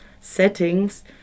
settings